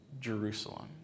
Jerusalem